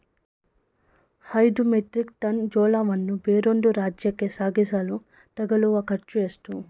ಐದು metric ton ಜೋಳವನ್ನು ಬೇರೊಂದು ರಾಜ್ಯಕ್ಕೆ ಸಾಗಿಸಲು ತಗಲುವ ಖರ್ಚು ಎಷ್ಟು?